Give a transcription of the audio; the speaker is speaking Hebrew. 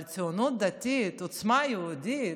אבל לציונות הדתית, עוצמה יהודית?